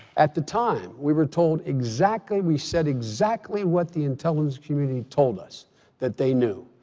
at the time we were told exactly we said exactly what the intelligence community told us that they knew.